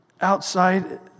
outside